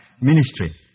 ministry